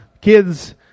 kids